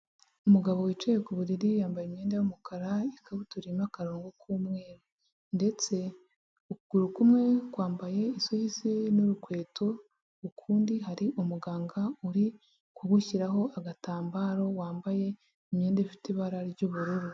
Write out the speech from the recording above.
Umugabo wicaye ku buriri yambaye imyenda y'umukara, ikabutura irimo akarongo k'umweru, ndetse ukuguru kumwe kwambaye isogi ze n'urukweto, ukundi hari umuganga uri kugushyiraho agatambaro, wambaye imyenda ifite ibara ry'ubururu.